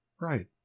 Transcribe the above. right